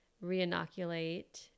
re-inoculate